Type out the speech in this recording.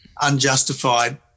unjustified